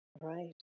Right